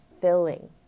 filling